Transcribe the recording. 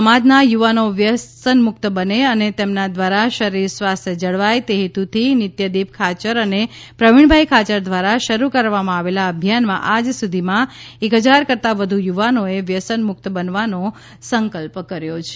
સમાજના યુવાનો વ્યસન મુક્ત બને અને તેમના દ્વારા શરીર સ્વાસ્થ્ય જળવાય તે હેતુથી નિત્યદીપ ખાયર અને પ્રવીણભાઈ ખાયર દ્વારા શરૂ કરવામાં આવેલ અભિયાનમાં આજ સુધીમાં એક હજાર કરતાં વધુ યુવાનોએ વ્યસન મુક્ત બનાવવાનો સંકલ્પ કર્યો છે